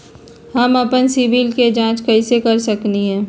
हम अपन सिबिल के जाँच कइसे कर सकली ह?